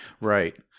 Right